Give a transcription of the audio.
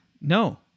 No